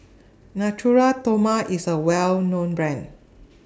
Natura Stoma IS A Well known Brand